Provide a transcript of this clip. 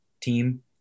team